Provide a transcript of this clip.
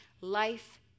Life